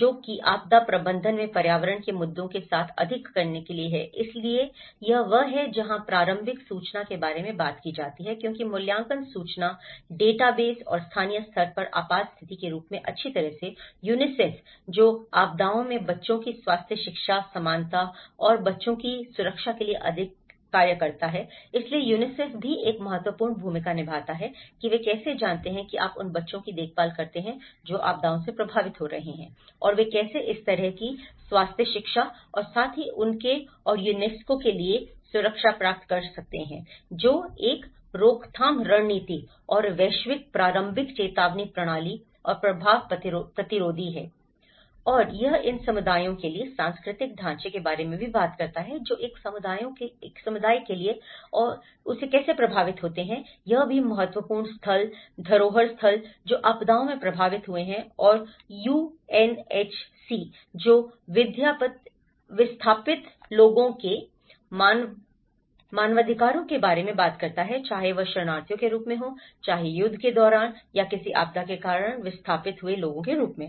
जो कि आपदा प्रबंधन में पर्यावरण के मुद्दों के साथ अधिक करने के लिए है इसलिए यह वह है जहां प्रारंभिक सूचना के बारे में बात की जाती है क्योंकि मूल्यांकन सूचना डेटाबेस और स्थानीय स्तर पर आपात स्थिति के रूप में अच्छी तरह से यूनिसेफ जो आपदाओं में बच्चों की स्वास्थ्य शिक्षा समानता और बच्चों की सुरक्षा के लिए अधिक है इसलिए यूनिसेफ भी एक महत्वपूर्ण भूमिका निभाता है कि वे कैसे जानते हैं कि आप उन बच्चों की देखभाल करते हैं जो आपदाओं से प्रभावित हो रहे हैं और वे किस तरह की स्वास्थ्य शिक्षा और साथ ही उनके और यूनेस्को के लिए सुरक्षा प्रदान कर सकते हैं जो एक रोकथाम रणनीति और वैश्विक प्रारंभिक चेतावनी प्रणाली और प्रभाव प्रतिरोधी है और यह इन समुदायों के लिए सांस्कृतिक ढांचे के बारे में भी बात करता है जो एक समुदायों के लिए और कैसे प्रभावित होते हैं यह भी महत्वपूर्ण स्थल धरोहर स्थल जो आपदाओं में प्रभावित हुए हैं और यूएनएचसी जो विस्थापित लोगों के मानवाधिकारों के बारे में बात कर रहा है चाहे वह शरणार्थियों के रूप में हो चाहे युद्ध के दौरान या किसी आपदा के कारण विस्थापित हुए लोगों के रूप में